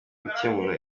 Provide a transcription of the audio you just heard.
gukemura